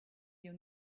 you